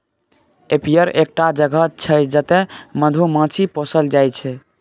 apiary एकटा जगह छै जतय मधुमाछी पोसल जाइ छै